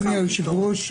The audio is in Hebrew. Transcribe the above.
אדוני היושב-ראש,